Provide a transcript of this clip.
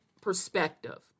perspective